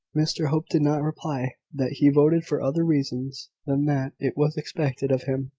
mr hope did not reply, that he voted for other reasons than that it was expected of him.